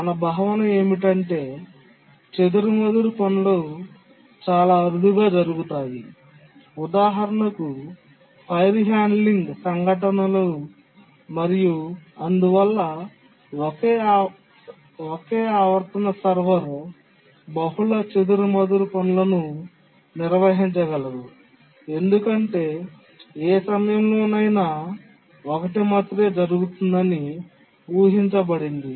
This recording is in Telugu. మన భావన ఏమిటంటే చెదురుమదురు పనులు చాలా అరుదుగా జరుగుతాయి ఉదాహరణకు ఫైర్ హ్యాండ్లింగ్ సంఘటనలు మరియు అందువల్ల ఒకే ఆవర్తన సర్వర్ బహుళ చెదురుమదురు పనులను నిర్వహించగలదు ఎందుకంటే ఏ సమయంలోనైనా ఒకటి మాత్రమే జరుగుతుందని ఉహించబడింది